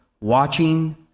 watching